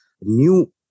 new